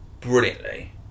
brilliantly